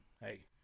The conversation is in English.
hey